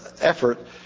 effort